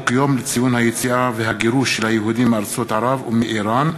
הצעת חוק יום לציון היציאה והגירוש של היהודים מארצות ערב ומאיראן,